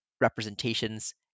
representations